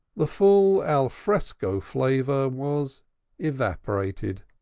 the full al fresco flavor was evaporated.